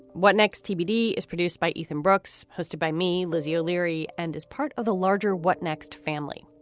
what next? tbd is produced by ethan brooks, hosted by me, lizzie o'leary, and as part of the larger what next family?